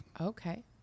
Okay